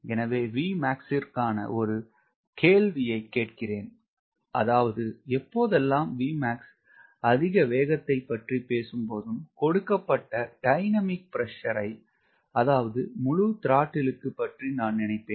எனவே Vmax கிற்காக ஒரு கேள்வியை கேட்கிறேன் அதாவது எப்போதெல்லாம் Vmax அதிக வேகத்தை பற்றி பேசும்போதும் கொடுக்கப்பட்ட q∞ மாறும் அழுத்தத்திற்கான அதாவது முழு த்ராட்டில் பற்றி நான் நினைப்பேன்